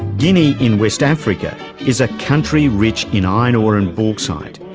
guinea in west africa is a country rich in iron ore and bauxite.